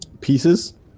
pieces